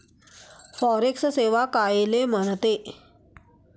Forex सेवा कायले म्हनते?